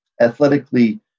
athletically